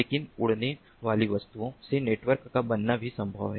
लेकिन उड़ने वाली वस्तुओं से नेटवर्क का बनना भी संभव है